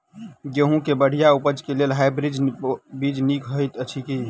गेंहूँ केँ बढ़िया उपज केँ लेल हाइब्रिड बीज नीक हएत अछि की?